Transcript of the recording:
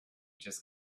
just